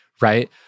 right